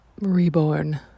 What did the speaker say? reborn